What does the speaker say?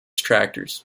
tractors